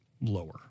lower